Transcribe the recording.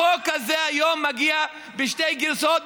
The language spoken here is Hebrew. החוק הזה היום מגיע בשתי גרסאות,